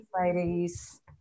ladies